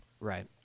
Right